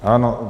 Ano.